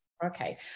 Okay